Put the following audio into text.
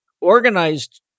organized